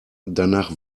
danach